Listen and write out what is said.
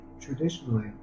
traditionally